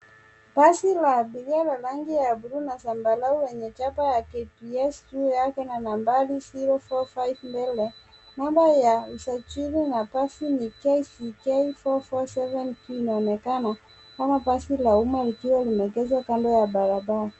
Basi la abiria la rangi ya bluu na zambarau yenye chapa ya KBS juu yake na nambari 045 mbele. Namba ya usajili ya basi ni KCK 447V na inaonekana kama basi la umma likiwa limeegeshwa kando ya barabara.